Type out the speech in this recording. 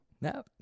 No